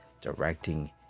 directing